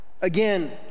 again